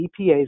EPA's